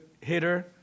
hitter